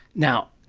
now,